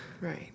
Right